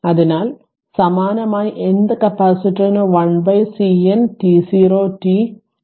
അതിനാൽ സമാനമായി n th കപ്പാസിറ്ററിന് 1 CN t0 t it dt tn t0